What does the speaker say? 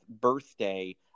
birthday